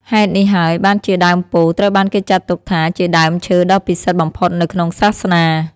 ហេតុនេះហើយបានជាដើមពោធិ៍ត្រូវបានគេចាត់ទុកថាជាដើមឈើដ៏ពិសិដ្ឋបំផុតនៅក្នុងសាសនា។